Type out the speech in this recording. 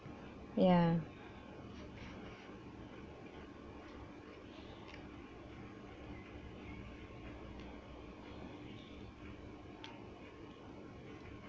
ya